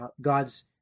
god's